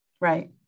Right